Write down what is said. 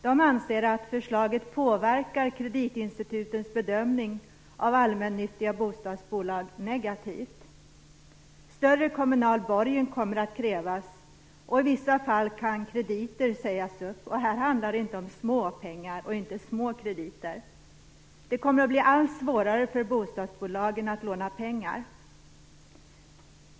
De anser att förslaget påverkar kreditinstitutens bedömning av allmännyttiga bostadsbolag negativt. Större kommunal borgen kommer att krävas, och i vissa fall kan krediter komma att sägas upp. Det handlar här inte om små pengar och små krediter. Det kommer att bli allt svårare för bostadsbolagen att låna pengar.